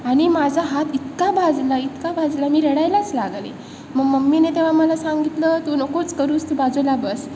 आणि माझा हात इतका भाजला इतका भाजला मी रडायलाच लागले मग मम्मीने तेव्हा मला सांगितलं तू नकोच करूस तू बाजूला बस